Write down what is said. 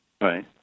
Right